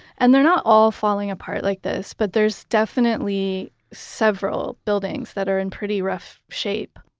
and they're not all falling apart like this, but there's definitely several buildings that are in pretty rough shape.